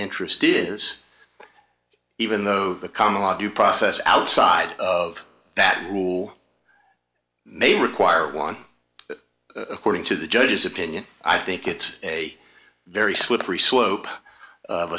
interest is even though the common law due process outside of that rule may require one according to the judge's opinion i think it's a very slippery slope of